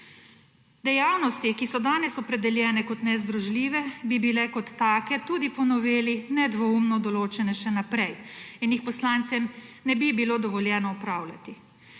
Dejavnosti, ki so danes opredeljene kot nezdružljive, bi bile kot take tudi po noveli nedvoumno določene še naprej in jih poslancem ne bi bilo dovoljeno opravljati.